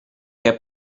heb